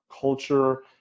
culture